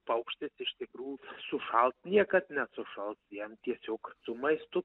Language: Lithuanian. paukštis iš tikrųjų sušalt niekad nesušals jam tiesiog su maistu